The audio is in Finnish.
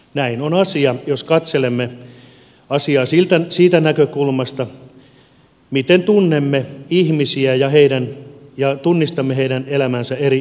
näin on asia jos katselemme asiaa siitä näkökulmasta miten tunnemme ihmisiä ja tunnistamme heidän elämänsä eri tilanteissa